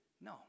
No